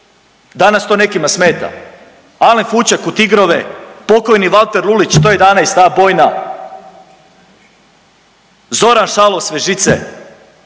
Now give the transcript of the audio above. danas to nekima smeta. Alen Fućak u Tigrove, pokojni Valter Lulić, 111. bojna, Zoran .../Govornik